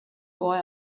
boy